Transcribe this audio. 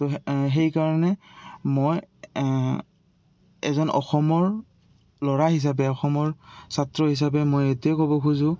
তো সেইকাৰণে মই এজন অসমৰ ল'ৰা হিচাপে অসমৰ ছাত্ৰ হিচাপে মই এইটোৱে ক'ব খোজোঁ